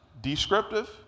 descriptive